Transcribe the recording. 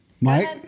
Mike